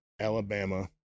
Alabama